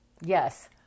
Yes